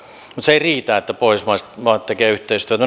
mutta se ei riitä että pohjoismaat tekevät yhteistyötä